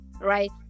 Right